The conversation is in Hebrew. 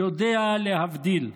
יודע להבדיל.